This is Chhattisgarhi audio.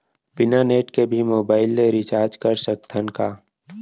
बिना नेट के भी मोबाइल ले रिचार्ज कर सकत हन का?